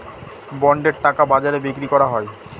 বন্ডের টাকা বাজারে বিক্রি করা হয়